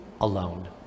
alone